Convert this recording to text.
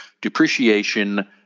depreciation